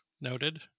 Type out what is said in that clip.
noted